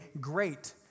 great